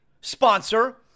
sponsor